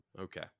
Okay